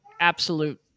absolute